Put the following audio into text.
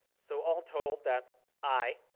so, all told that's i,